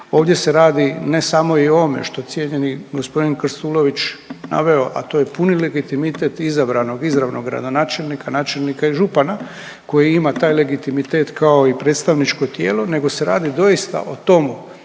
Ovdje se radi ne samo i o ovome što cijenjeni gospodin Krstulović naveo, a to je puni legitimitet izabranog, izravnog gradonačelnika, načelnika i župana koji ima taj legitimitet kao i predstavničko tijelo, nego se radi doista o tomu